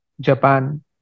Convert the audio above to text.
Japan